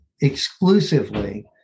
exclusively